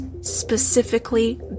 specifically